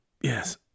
yes